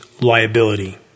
liability